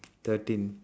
thirteen